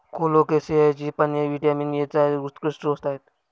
कोलोकेसियाची पाने व्हिटॅमिन एचा उत्कृष्ट स्रोत आहेत